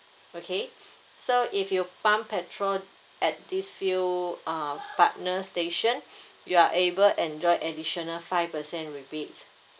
okay so if you pump petrol at this fuel uh partner station you are able enjoy additional five percent rebate